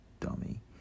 dummy